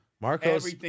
Marcos